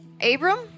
Abram